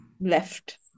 left